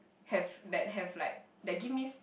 have that have like that give me